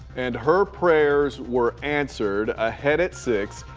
and her prayers were answered. ahead at six,